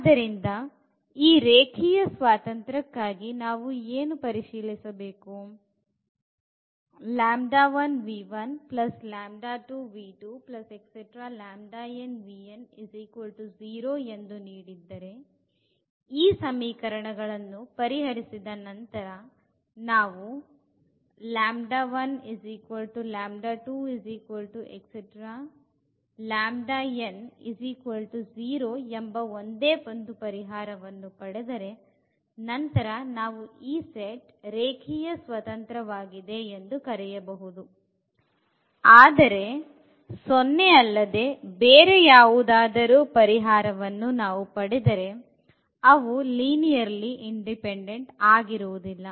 ಆದ್ದರಿಂದ ಈ ರೇಖೀಯ ಸ್ವಾತಂತ್ರ್ಯಕ್ಕಾಗಿ ನಾವು ಏನು ಪರಿಶೀಲಿಸಬೇಕು 0 ನೀಡಿದರೆ ಈ ಸಮೀಕರಣಗಳನ್ನು ಪರಿಹರಿಸಿದ ನಂತರ ನಾವು N 0 ಎಂಬ ಒಂದೇ ಪರಿಹಾರವನ್ನು ಪಡೆದರೆ ನಂತರ ನಾವು ಈ ಸೆಟ್ ರೇಖೀಯವಾಗಿ ಸ್ವತಂತ್ರವಾಗಿದೆ ಎಂದು ಕರೆಯಬಹುದು ಆದರೆ 0 ಅಲ್ಲದೇ ಬೇರೆ ಪರಿಹಾರವನ್ನು ನಾವು ಪಡೆದರೆ ಅವು ಲೀನಿರ್ಯಾಲಿ ಇಂಡಿಪೆಂಡೆಂಟ್ ಆಗಿರುವುದಿಲ್ಲ